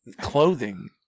Clothing